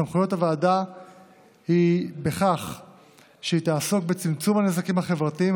סמכויות הוועדה הן שהיא תעסוק בצמצום הנזקים החברתיים,